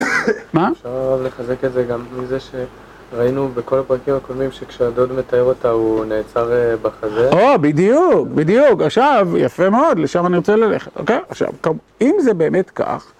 מה? אפשר לחזק את זה גם מזה שראינו בכל הפרקים הקודמים שכשהדוד מתאר אותה הוא נעצר בחזה. או, בדיוק, בדיוק, עכשיו, יפה מאוד, לשם אני רוצה ללכת, אוקיי? עכשיו, אם זה באמת כך...